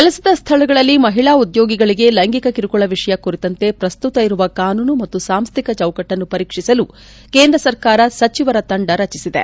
ಕೆಲಸದ ಸ್ಥಳಗಳಲ್ಲಿ ಮಹಿಳಾ ಉದ್ಯೋಗಿಗಳಿಗೆ ಲೈಂಗಿಕ ಕಿರುಕುಳ ವಿಷಯ ಕುರಿತಂತೆ ಪ್ರಸ್ತುತ ಇರುವ ಕಾನೂನು ಹಾಗೂ ಸಾಂಸ್ತಿಕ ಚೌಕಟ್ಟನ್ನು ಪರೀಕ್ಷಿಸಲು ಕೇಂದ್ರ ಸರ್ಕಾರ ಸಚಿವರ ತಂಡವನ್ನು ರಚಿಸಿದೆ